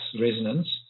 resonance